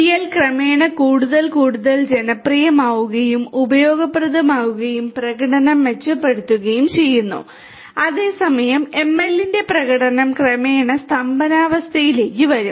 DL ക്രമേണ കൂടുതൽ കൂടുതൽ ജനപ്രിയമാവുകയും ഉപയോഗപ്രദമാകുകയും പ്രകടനം മെച്ചപ്പെടുത്തുകയും ചെയ്യുന്നു അതേസമയം എംഎല്ലിന്റെ പ്രകടനം ക്രമേണ സ്തംഭനാവസ്ഥയിലേക്ക് വരും